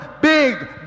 big